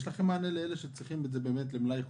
לכם מענה לאנשים שצריכים את זה למלאי חוזר?